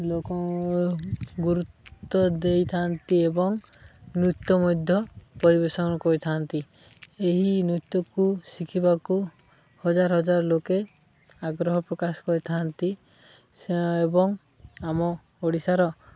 ଲୋକ ଗୁରୁତ୍ୱ ଦେଇଥାନ୍ତି ଏବଂ ନୃତ୍ୟ ମଧ୍ୟ ପରିବେଷଣ କରିଥାନ୍ତି ଏହି ନୃତ୍ୟକୁ ଶିଖିବାକୁ ହଜାର ହଜାର ଲୋକେ ଆଗ୍ରହ ପ୍ରକାଶ କରିଥାନ୍ତି ସେ ଏବଂ ଆମ ଓଡ଼ିଶାର